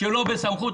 שלא בסמכות.